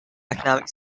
economic